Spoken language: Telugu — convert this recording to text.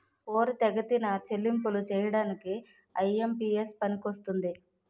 పోరితెగతిన చెల్లింపులు చేయడానికి ఐ.ఎం.పి.ఎస్ పనికొస్తుంది